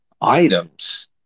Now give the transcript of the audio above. items